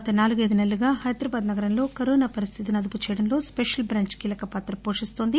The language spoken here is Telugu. గత నాలగైదు నెలలుగా హైదరాబాద్ నగరంలో కరోనా పరిస్థితిని అదుపు చేయడంలో స్పెషల్ బ్రాంచి కీలకపాత్ర పోషిస్తోంది